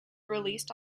released